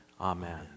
Amen